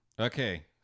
Okay